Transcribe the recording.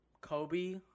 Kobe